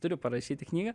turiu parašyti knygą